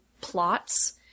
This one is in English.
plots